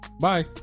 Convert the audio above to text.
Bye